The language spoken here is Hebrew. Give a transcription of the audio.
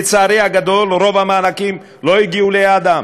לצערי הגדול, רוב המענקים לא הגיעו ליעדם.